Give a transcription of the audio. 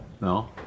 No